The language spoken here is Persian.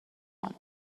خانم